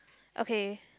okay